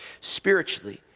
Spiritually